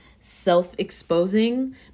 self-exposing